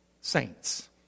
saints